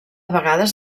vegades